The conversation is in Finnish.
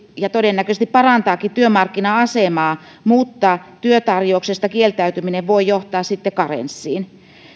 ja todennäköisesti parantaakin työmarkkina asemaa mutta työtarjouksesta kieltäytyminen voi sitten johtaa karenssiin